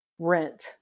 rent